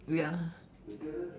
ya